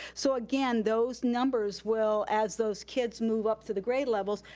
so again, those numbers will, as those kids move up through the grade levels,